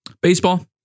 Baseball